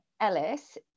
Ellis